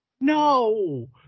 No